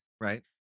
right